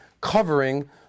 covering